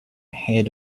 head